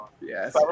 Yes